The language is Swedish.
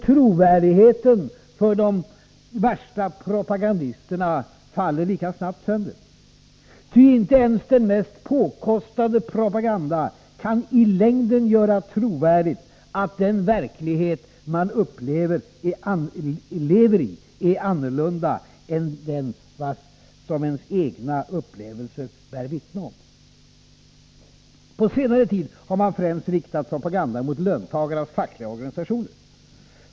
Trovärdigheten för de värsta propagandisterna faller lika snabbt sönder, ty icke ens den mest påkostade propaganda kan i längden göra trovärdigt att den verklighet man lever i är annorlunda än vad ens egna upplevelser bär vittne om. På senare tid har man främst inriktat propagandan mot löntagarnas fackliga organisationer.